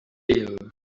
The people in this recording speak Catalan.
yale